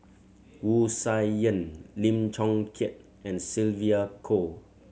Wu Tsai Yen Lim Chong Keat and Sylvia Kho